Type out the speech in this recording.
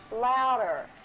Louder